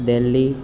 Delhi